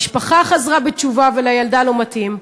המשפחה חזרה בתשובה ולילדה לא מתאים,